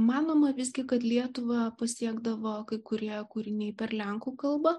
manoma visgi kad lietuvą pasiekdavo kai kurie kūriniai per lenkų kalbą